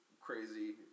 crazy